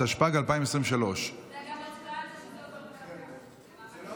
התשפ"ג 2023. זאת לא